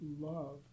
love